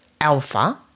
alpha